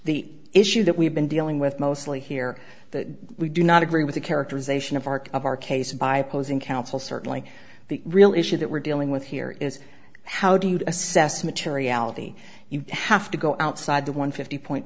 the issue that we've been dealing with mostly here that we do not agree with the characterization of arc of our case by opposing counsel certainly the real issue that we're dealing with here is how do you assess materiality you have to go outside the one fifty point